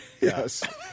Yes